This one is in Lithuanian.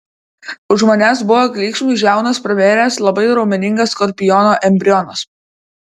už manęs buvo klyksmui žiaunas pravėręs labai raumeningas skorpiono embrionas